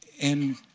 and